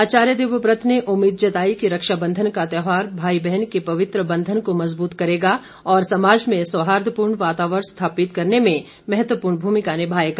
आचार्य देवव्रत ने उम्मीद जताई कि रक्षाबंधन का त्यौहार भाई बहन के पवित्र बंधन को मज़बूत करेगा और समाज में सौहार्दपूर्ण वातावरण स्थापित करने में महत्वपूर्ण भूमिका निभाएगा